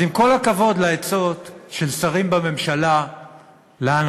אז עם כל הכבוד לעצות של שרים בממשלה לאנשים